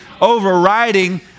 overriding